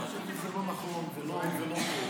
אני חושב שזה לא נכון ולא טוב,